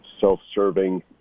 self-serving